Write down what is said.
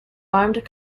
armed